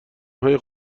های